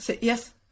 yes